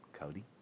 Cody